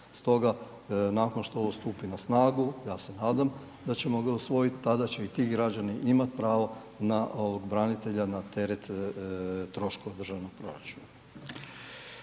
Stoga nakon što ovo stupi na snagu ja se nadam da ćemo ga usvojiti tada će i ti građani imati pravo na branitelja na teret troškova državnog proračuna.